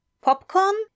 Popcorn